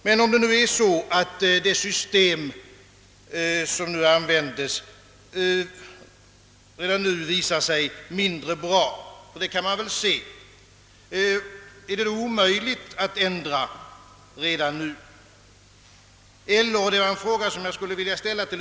Men om det är så, att det system som används redan nu visar sig mindre bra — och det kan man väl konstatera —, är det då omöjligt att omedelbart ändra detta?